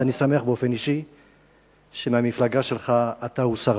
ואני שמח באופן אישי שמהמפלגה שלך אתה הוא שר